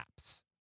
apps